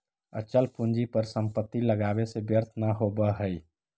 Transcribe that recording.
अचल पूंजी पर संपत्ति लगावे से व्यर्थ न होवऽ हई